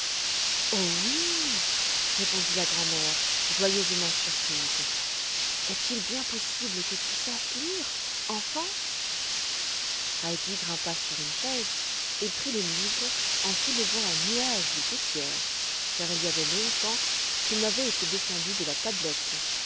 oh oui répondit la grand'mère joyeusement surprise est-il bien possible que tu saches lire enfant heidi grimpa sur une chaise et prit le livre en soulevant un nuage de poussière car il y avait longtemps qu'il n'avait été descendu de la tablette